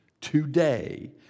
today